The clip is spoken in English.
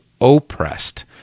oppressed